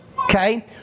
Okay